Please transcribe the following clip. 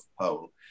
poll